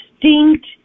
distinct